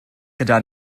gyda